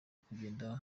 kugenda